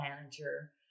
manager